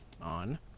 on